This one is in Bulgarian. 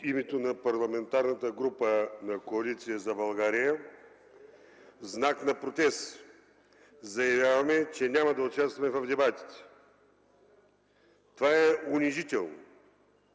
името на Парламентарната група на Коалиция за България, в знак на протест заявяваме, че няма да участваме в дебатите. Това е унизително.